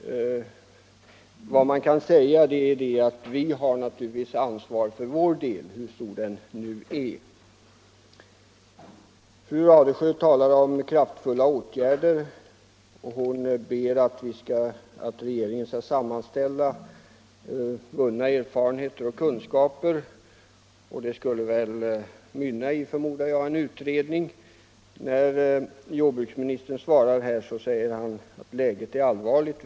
Vad man kan säga är att vi naturligtvis främst har ansvar för vår del, hur stor den nu är. Fru Radesjö talade om kraftfulla åtgärder och ber att regeringen skall sammanställa vunna erfarenheter och kunskaper. Jag förmodar att det skulle mynna ut i en utredning. När jordbruksministern svarar säger han att läget är allvarligt.